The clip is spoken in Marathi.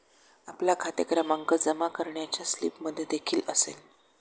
आपला खाते क्रमांक जमा करण्याच्या स्लिपमध्येदेखील असेल